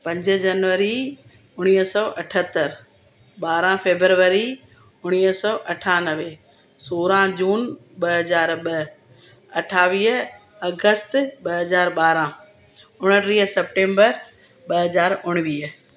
पंज जनवरी उणिवीह सौ अठहतरि ॿारहं फेबररी उणिवीह सौ अठानवे सोरहं जून ॿ हज़ार ॿ अठावीह अगस्त ॿ हज़ार ॿारहं उणटीह सेप्टेंबर ॿ हज़ार उणिवीह